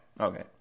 okay